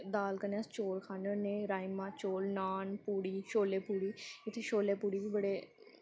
दाल कन्नै चौल खन्ने होने राजमांह् चौल नॉन पूड़ी शोल्ले पूड़ी इत्थै शोल्ले पूड़ी बी बड़े